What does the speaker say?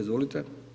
Izvolite.